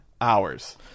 hours